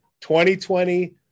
2020